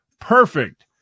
perfect